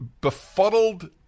befuddled